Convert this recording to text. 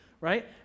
right